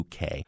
UK